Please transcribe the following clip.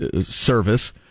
service